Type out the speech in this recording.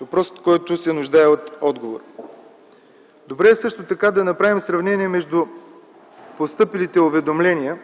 въпрос се нуждае от отговор! Добре е също така да направим сравнение между постъпилите уведомления